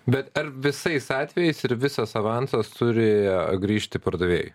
bet ar visais atvejais ir visas avansas turi grįžti pardavėjui